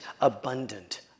abundant